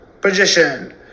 position